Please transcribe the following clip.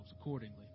accordingly